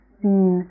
seen